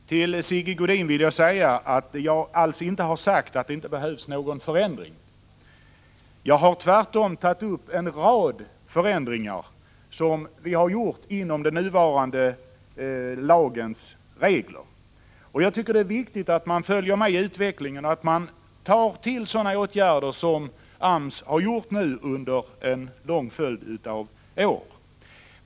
Herr talman! Till Sigge Godin vill jag säga att jag alls inte har sagt att det inte behövs någon förändring. Jag har tvärtom tagit upp en rad förändringar som vi har genomfört inom ramen för den nuvarande lagens regler. Jag tycker det är viktigt att man följer med i utvecklingen och tar till sådana åtgärder som AMS har gjort nu under en lång följd av år.